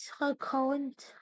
account